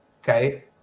Okay